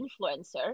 influencer –